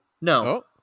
no